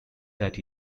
that